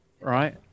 right